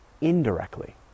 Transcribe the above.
indirectly